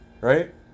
Right